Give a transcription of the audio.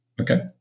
Okay